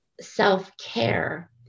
self-care